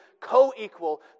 co-equal